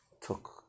took